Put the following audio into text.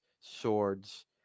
swords